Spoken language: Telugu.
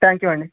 త్యాంక్ యూ అండి